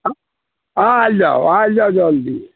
हँ आएल जाउ आएल जाउ जल्दी